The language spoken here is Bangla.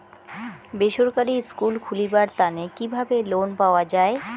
বেসরকারি স্কুল খুলিবার তানে কিভাবে লোন পাওয়া যায়?